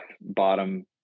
bottom